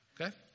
okay